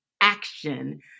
action